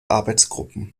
arbeitsgruppen